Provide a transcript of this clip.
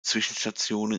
zwischenstationen